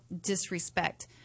disrespect